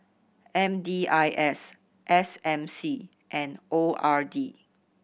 M D I S S M C and O R D